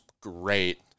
great